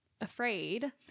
afraid